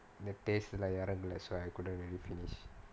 the taste like you are that's why I couldn't really you finish